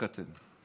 רק אתם.